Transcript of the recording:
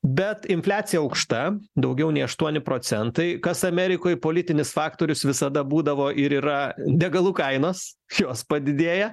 bet infliacija aukšta daugiau nei aštuoni procentai kas amerikoj politinis faktorius visada būdavo ir yra degalų kainos jos padidėja